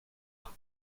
bon